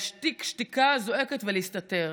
להשתיק שתיקה זועקת ולהסתתר.